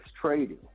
trading